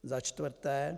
Za čtvrté.